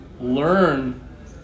learn